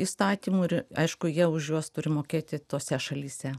įstatymų ir aišku jie už juos turi mokėti tose šalyse